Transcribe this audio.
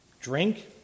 drink